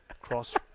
cross